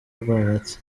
rwagati